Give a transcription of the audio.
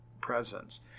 presence